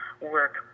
work